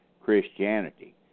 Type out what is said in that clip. Christianity